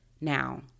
Now